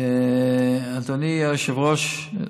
אדוני היושב-ראש,